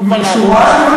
בשורה של,